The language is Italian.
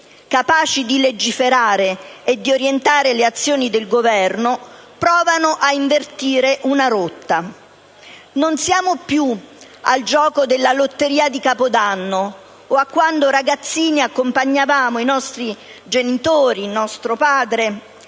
capaci di legiferare e di orientare le azioni del Governo, provano a invertire una rotta. Non siamo più al gioco della lotteria di Capodanno o a quando, ragazzini, accompagnavamo i nostri genitori o nostro padre